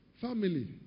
family